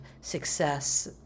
success